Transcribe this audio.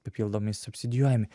papildomi subsidijuojami